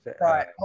Right